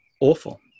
awful